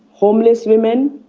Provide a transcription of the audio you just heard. homeless women.